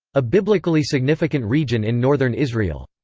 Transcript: a biblically significant region in northern israel.